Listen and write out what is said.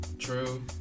true